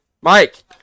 Mike